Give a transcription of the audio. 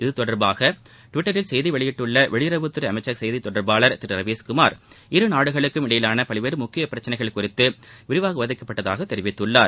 இது தொடர்பாக டிவிட்டரில் செய்தி வெளியிட்டுள்ள வெளியுறவுத்துறை அமைச்சக செய்தி தொடர்பாளர் திரு ரவீஸ்குமார் இருநாடுகளுக்கும் இடையேயான பல்வேறு முக்கிய பிரச்சினைகள் குறித்து விரிவாக விவாதிக்கப்பட்டதாக தெரிவித்துள்ளார்